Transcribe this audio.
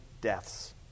deaths